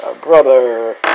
brother